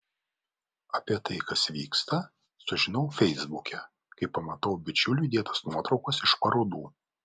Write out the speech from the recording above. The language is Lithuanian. apie tai kas vyksta sužinau feisbuke kai pamatau bičiulių įdėtas nuotraukas iš parodų